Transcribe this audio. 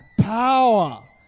power